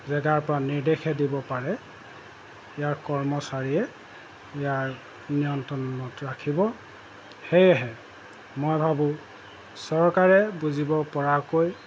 জেগাৰপৰা নিৰ্দেশহে দিব পাৰে ইয়াৰ কৰ্মচাৰীয়ে ইয়াৰ নিয়ন্ত্ৰণত ৰাখিব সেয়েহে মই ভাবোঁ চৰকাৰে বুজিবপৰাকৈ